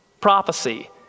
prophecy